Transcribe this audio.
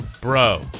Bro